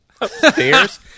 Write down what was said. upstairs